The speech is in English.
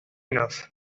enough